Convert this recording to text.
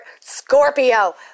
Scorpio